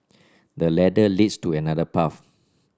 the ladder leads to another path